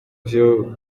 vyo